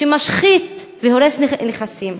שמשחית והורס נכסים.